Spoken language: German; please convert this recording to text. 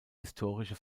historische